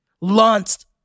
launched